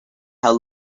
how